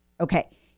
okay